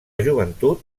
joventut